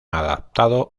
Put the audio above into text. adaptado